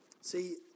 see